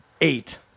Eight